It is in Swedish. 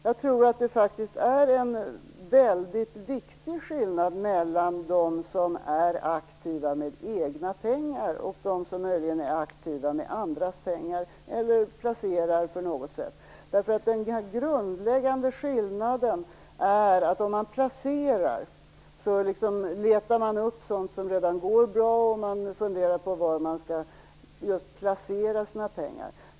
Jag tror att det faktiskt är en mycket viktig skillnad mellan dem som är aktiva med egna pengar och dem som möjligen är aktiva med andras pengar eller placerar på något sätt. Den grundläggande skillnaden är att om man placerar letar man upp sådant som redan går bra. Man funderar på var man just skall placera sina pengar.